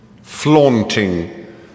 flaunting